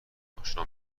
آشنا